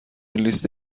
لیست